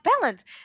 balance